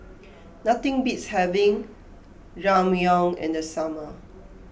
nothing beats having Ramyeon in the summer